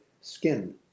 skin